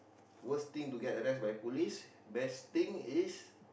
worst thing to get arrest by police best thing is